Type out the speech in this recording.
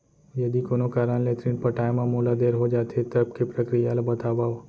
यदि कोनो कारन ले ऋण पटाय मा मोला देर हो जाथे, तब के प्रक्रिया ला बतावव